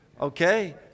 Okay